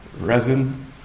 ...resin